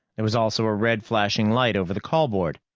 there was also a red flashing light over the call board.